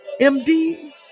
MD